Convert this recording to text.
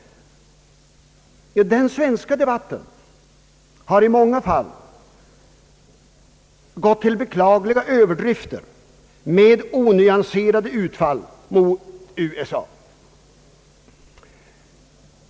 Den svenska debatten har i många fall gått till beklagliga överdrifter med onyanserade utfall mot USA.